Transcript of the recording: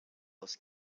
aus